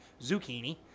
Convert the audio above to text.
Zucchini